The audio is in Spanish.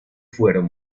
fueron